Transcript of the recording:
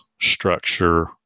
structure